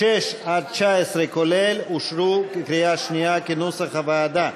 19, כולל, אושרו בקריאה שנייה כנוסח הוועדה.